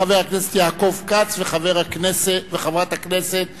חבר הכנסת יעקב כץ וחברת הכנסת שמאלוב-ברקוביץ,